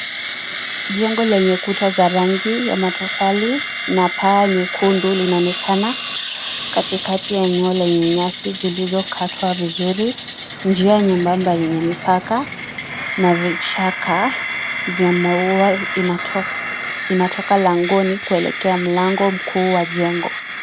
Jengo yenye kuta za rangi ya matofali na paa nyekundu linaonekana katikati ya eneo lenye nyasi zilizokatwa vizuri, njia nyembamba yenye mipaka na vichaka vya maua inatoka langoni kuelekea mlango mkuu wa jengo.